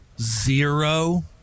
zero